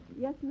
Yes